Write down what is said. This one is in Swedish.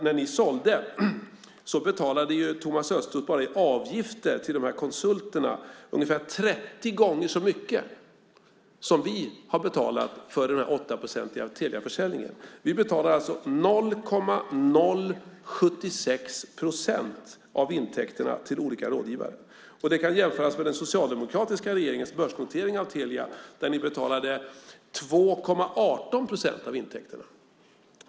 När ni sålde betalade Thomas Östros bara i avgifter till konsulterna ungefär 30 gånger så mycket som vi har betalat för den 8-procentiga Teliaförsäljningen. Vi betalar 0,076 procent av intäkterna till olika rådgivare. Det kan jämföras med den socialdemokratiska regeringens börsnotering av Telia där ni betalade 2,18 procent av intäkterna.